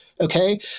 Okay